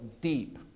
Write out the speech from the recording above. deep